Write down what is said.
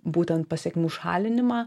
būtent pasekmių šalinimą